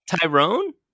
Tyrone